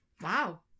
Wow